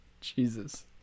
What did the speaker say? Jesus